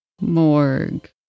Morgue